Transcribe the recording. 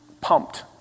pumped